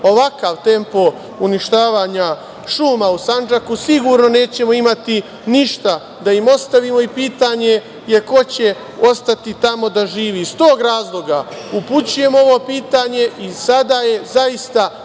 ovakav tempo uništavanja šuma u Sandžaku sigurno nećemo imati ništa. Da im ostavimo pitanje je ko će ostati tamo da živi. Iz tog razloga upućujemo ovo pitanje i sada je zaista zadnji